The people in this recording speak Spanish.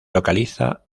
localiza